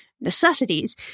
necessities